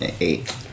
eight